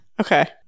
okay